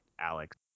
Alex